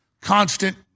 constant